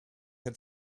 had